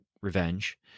revenge